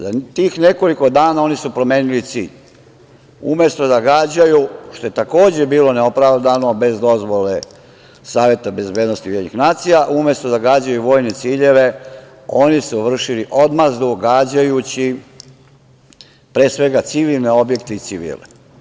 Za tih nekoliko dana oni su promenili cilj, umesto da gađaju, što je takođe bilo neopravdano, bez dozvole Saveta bezbednosti UN, umesto da gađaju u vojne ciljeve, oni su vršili odmazdu, gađajući pre svega civilne objekte i civile.